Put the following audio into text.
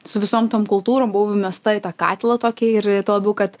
su visom tom kultūrom buvo įmesta į tą katilą tokį ir ir tuo labiau kad